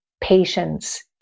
Patience